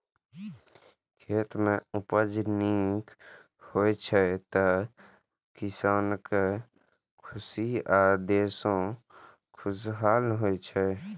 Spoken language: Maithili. खेत मे उपज नीक होइ छै, तो किसानो खुश आ देशो खुशहाल होइ छै